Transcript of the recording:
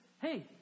hey